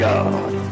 God